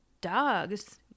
dogs